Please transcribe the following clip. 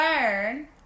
learn